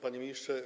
Panie Ministrze!